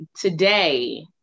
today